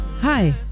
Hi